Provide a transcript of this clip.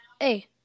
Hey